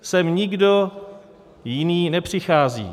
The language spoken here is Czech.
Sem nikdo jiný nepřichází.